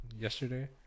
Yesterday